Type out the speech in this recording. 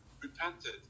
repented